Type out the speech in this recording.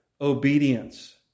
obedience